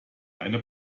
eine